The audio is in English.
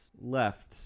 left